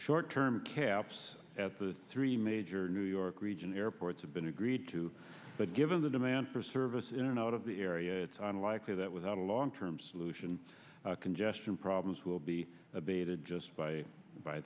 short term caps at the three major new york region airports have been agreed to but given the demand for service in and out of the area it's unlikely that without a long term solution congestion problems will be abated just by